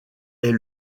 est